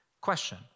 Question